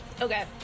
Okay